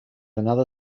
another